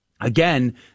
Again